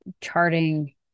charting